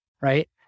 right